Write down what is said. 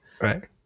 Right